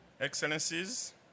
Excellencies